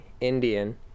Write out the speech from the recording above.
Indian